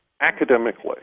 academically